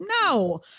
No